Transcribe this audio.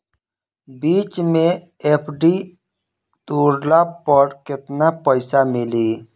बीच मे एफ.डी तुड़ला पर केतना पईसा मिली?